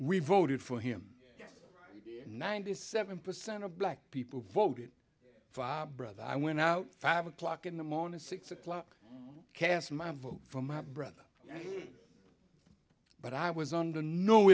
we voted for him ninety seven percent of black people voted for brother i went out five o'clock in the morning six o'clock cast my vote for my brother but i was under no